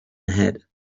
ahead